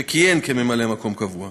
שכיהן כממלא-מקום קבוע,